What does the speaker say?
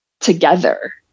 together